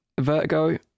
Vertigo